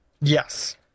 Yes